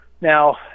now